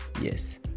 Yes